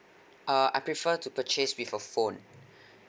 err I prefer to purchase with a phone